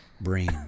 Brain